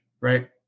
right